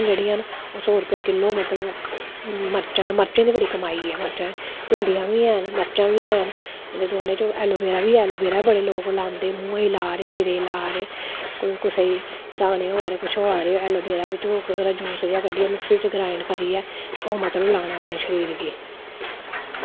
जेह्ड़ियां न ओह् सौ रपेआ किलो मर्चां न इंदे ई बड़ी कमाई ऐ मर्चां च मरचां बी हैन ऐलोवेरा बी ऐ ते बड़े लोक लांदे सिरै ला दे मूहें ई ला दे कोई कुसै ई बारै ऐलोवेरा दा केह् जूस गै कड्ढी ते ओह् मतलब लाना शरीर अपने गी